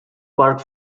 park